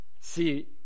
See